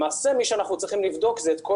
למעשה מי שאנחנו צריכים לבדוק זה את כל